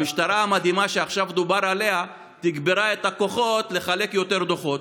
המשטרה המדהימה שעכשיו דובר עליה תגברה את הכוחות לחלק יותר דוחות.